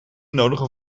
nodigen